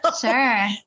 Sure